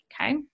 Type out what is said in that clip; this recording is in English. okay